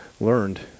learned